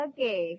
Okay